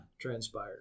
transpired